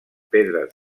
pedres